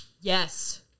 Yes